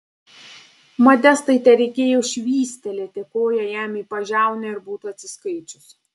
modestai tereikėjo švystelėti koja jam į pažiaunę ir būtų atsiskaičius